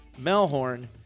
melhorn